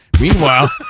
Meanwhile